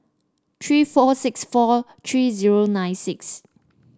three four six four three zero nine six